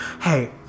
Hey